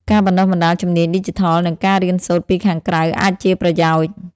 ការបណ្ដុះបណ្ដាលជំនាញឌីជីថល និងការរៀនសូត្រពីខាងក្រៅអាចជាប្រយោជន៍។